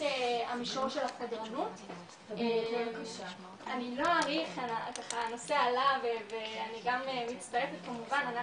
אני לא אאריך הנושא עלה ואני גם מצטרפת כמובן,